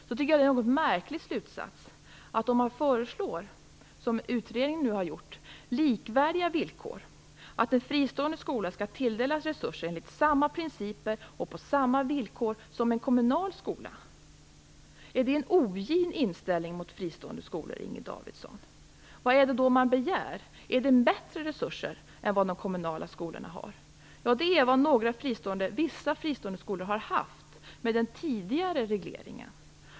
Jag tycker att det är en något märklig slutsats. Om man, som utredningen nu har gjort, föreslår likvärdiga villkor, att en fristående skola skall tilldelas resurser enligt samma principer och på samma villkor som en kommunal skola, är det en ogin inställning mot fristående skolor, Inger Davidson? Vad är det då man begär? Är det bättre resurser än de kommunala skolorna har? Det är vad vissa fristående skolor har haft med den tidigare regleringen.